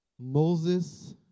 Moses